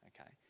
okay